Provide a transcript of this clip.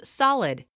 solid